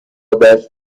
دشت